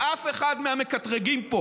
ואף אחד מהמקטרגים פה